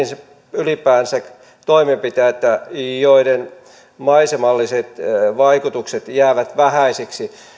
ylipäänsä toimenpiteitä joiden maisemalliset vaikutukset jäävät vähäisiksi